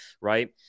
right